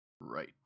Right